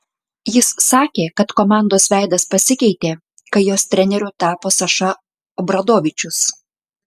jis sakė kad komandos veidas pasikeitė kai jos treneriu tapo saša obradovičius